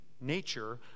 nature